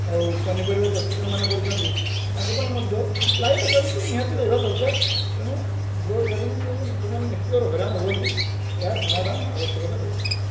ଆଉ ପନିପରିବା ଚାଷ ଯେଉଁମାନେ କରୁଛନ୍ତି ତାଙ୍କ ପାଇଁ ମଧ୍ୟ ଲାଇନ୍ ସେ ନିହାତି ରହିବା ଦରକାର ତେଣୁ ଲୋଡ଼୍ ସେଡ଼ିଙ୍ଗ ଯେଉଁ ସେମାନେ ନିଶ୍ଚିତର ହଇରାଣ ହୁଅନ୍ତି ଏହା ସମାଧାନ ଆବଶ୍ୟକତା ରହିଛି